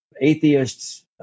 atheists